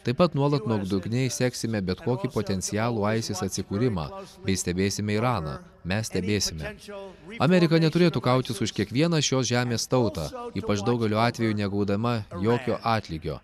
taip pat nuolat nuodugniai seksime bet kokį potencialų aisis atsikūrimą bei stebėsime iraną mes stebėsime amerika neturėtų kautis už kiekvieną šios žemės tautą ypač daugeliu atvejų negaudama jokio atlygio